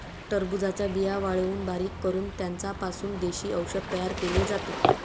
टरबूजाच्या बिया वाळवून बारीक करून त्यांचा पासून देशी औषध तयार केले जाते